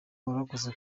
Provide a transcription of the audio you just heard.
warakoze